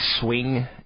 swing